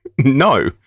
No